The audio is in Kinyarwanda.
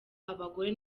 abagore